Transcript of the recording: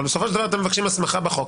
אבל בסופו של דבר אתם מבקשים הסמכה בחוק,